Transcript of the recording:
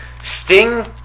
Sting